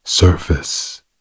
Surface